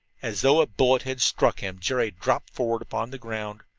as though a bullet had struck him, jerry dropped forward upon the ground.